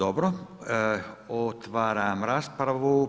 Otvaram raspravu.